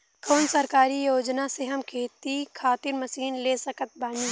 कौन सरकारी योजना से हम खेती खातिर मशीन ले सकत बानी?